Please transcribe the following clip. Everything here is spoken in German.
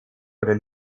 oder